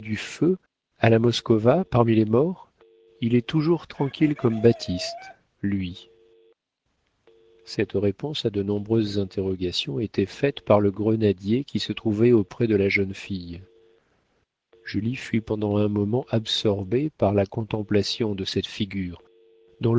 feu à la moscowa parmi les morts il est toujours tranquille comme baptiste lui cette réponse à de nombreuses interrogations était faite par le grenadier qui se trouvait auprès de la jeune fille julie fut pendant un moment absorbée par la contemplation de cette figure